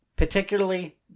Particularly